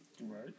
Right